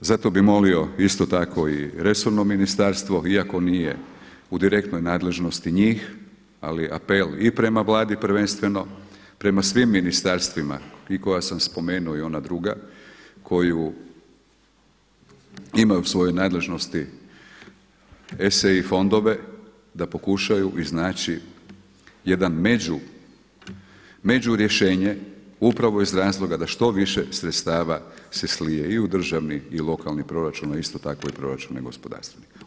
Zato bih molio isto tako i resorno ministarstvo iako nije u direktnoj nadležnosti njih ali apel i prema Vladi prvenstveno prema svim ministarstvima i koja sam spomenuo i ona druga koju imaju u svojoj nadležnosti ESI-e i fondove da pokušaju iznaći jedan među, među rješenje upravo iz razloga da što više sredstava se slije i u državni i lokalni proračun a i isto tako i proračune gospodarstvenika.